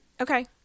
Okay